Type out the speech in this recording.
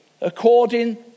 according